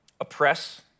oppress